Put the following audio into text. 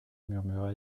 murmura